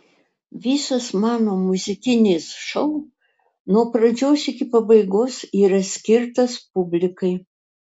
visas mano muzikinis šou nuo pradžios iki pabaigos yra skirtas publikai